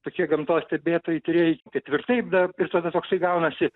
tokie gamtos stebėtojai tyrėjai ketvirtai da ir tada toksai gaunasi